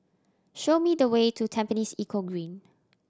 show me the way to Tampines Eco Green